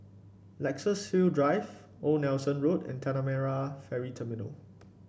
Luxus Hill Drive Old Nelson Road and Tanah Merah Ferry Terminal